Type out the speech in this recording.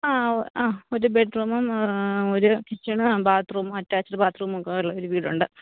ആ ആ ഒരു ബെഡ്റൂം ഒരു കിച്ചൺ ബാത്ത്റൂം അറ്റാച്ച്ഡ് ബാത്ത്റൂം ഒക്കെ ഉള്ള ഒരു വീടുണ്ട്